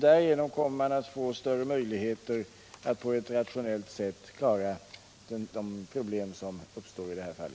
Därigenom får man större möjligheter att på ett rationellt sätt lösa de problem som uppstår i detta fall.